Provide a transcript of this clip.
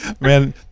Man